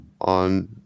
on